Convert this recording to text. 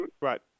Right